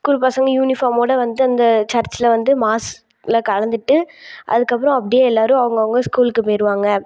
school பசங்கள் யூனிஃபார்ம்மோடு வந்து அந்த சர்ச்சில் வந்து மாஸ்சில் கலந்துகிட்டு அதுக்கப்புறம் அப்படியே எல்லாேரும் அவுங்கவங்க ஸ்கூலுக்கு போயிடுவாங்க